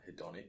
hedonic